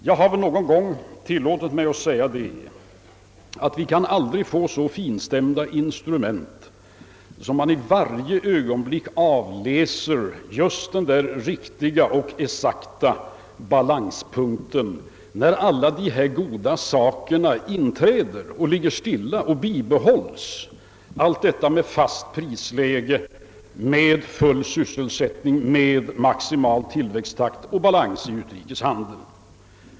Jag har väl någon gång tillåtit mig att säga att vi aldrig kan få så finstämda instrument, att man i varje ögonblick kan avläsa just den där riktiga och exakta balanspunkten när alla dessa goda saker inträder, ligger stilla och bibehålles, ett fast prisläge med full sysselsättning, maximal tillväxttakt och balans i utrikeshandeln.